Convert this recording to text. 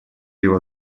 его